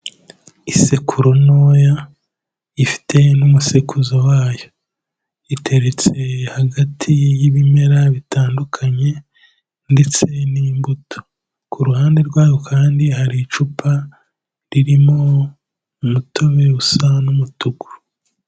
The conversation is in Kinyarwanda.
Isekuru ntoya ifite n'umusekuruza wayo, iteretse hagati y'ibimera bitandukanye ndetse n'imbuto, ku ruhande rwayo kandi hari icupa ririmo umutobe usa n'umutuku.